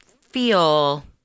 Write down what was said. feel